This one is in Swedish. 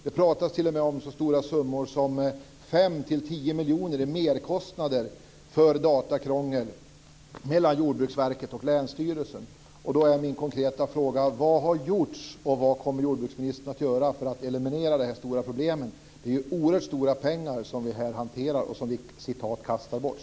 Det pratas t.o.m. om så stora summor som 5-10 miljoner i merkostnader för datorkrångel mellan Jordbruksverket och länsstyrelsen. Då är min konkreta fråga: Vad har gjorts och vad kommer jordbruksministern att göra för att eliminera detta stora problem? Det är oerhört mycket pengar som vi hanterar här och "kastar bort".